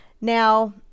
Now